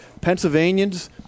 Pennsylvanians